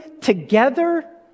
together